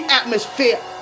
atmosphere